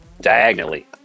diagonally